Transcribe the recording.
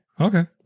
Okay